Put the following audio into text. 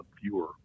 fewer